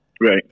Right